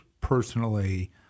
personally